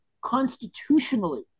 constitutionally